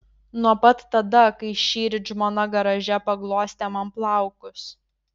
nuo pat tada kai šįryt žmona garaže paglostė man plaukus